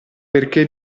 perché